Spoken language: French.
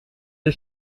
les